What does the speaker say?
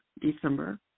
December